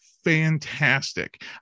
fantastic